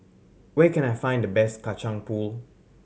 where can I find the best Kacang Pool